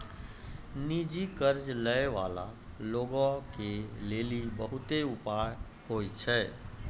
निजी कर्ज लै बाला लोगो के लेली बहुते उपाय होय छै